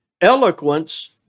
Eloquence